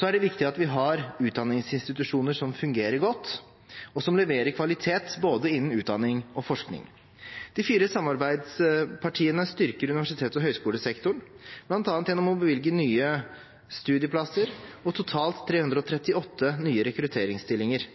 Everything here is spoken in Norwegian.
er det viktig at vi har utdanningsinstitusjoner som fungerer godt, og som leverer kvalitet innen både utdanning og forskning. De fire samarbeidspartiene styrker universitets- og høyskolesektoren bl.a. gjennom å bevilge nye studieplasser og totalt 338 nye rekrutteringsstillinger.